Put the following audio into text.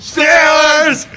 Steelers